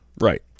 Right